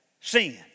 sin